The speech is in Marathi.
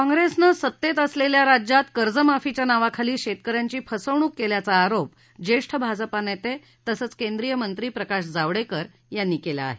काँग्रेसनं सत्तेत असलेल्या राज्यात कर्जमाफीच्या नावाखाली शेतक यांची फसवणूक केल्याचा आरोप ज्येष्ठ भाजपा नेते तसंच केंद्रीय मंत्री प्रकाश जावडेकर यांनी केलं आहे